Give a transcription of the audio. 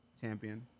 champion